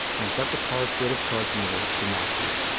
and set the car's state of charge meter to maximum.